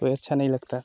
तो अच्छा नहीं लगता